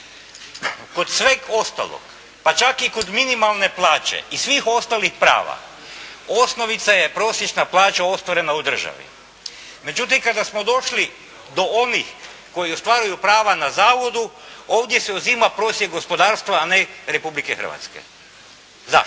Kod sveg ostalog pa čak i kod minimalne plaće i svih ostalih prava osnovica je prosječna plaća ostvarena u državi. Međutim kada smo došli do onih koji ostvaruju prava na zavodu ovdje se uzima prosjek gospodarstva a ne Republike Hrvatske. Zašto?